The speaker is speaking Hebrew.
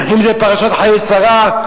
אם בפרשת חיי שרה,